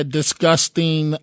disgusting